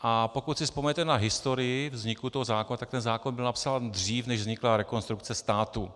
A pokud si vzpomenete na historii vzniku toho zákona, tak ten zákon byl napsán dřív, než vznikla Rekonstrukce státu.